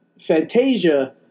Fantasia